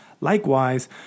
Likewise